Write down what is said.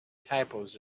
typos